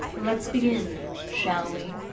let's begin shall we?